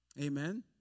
Amen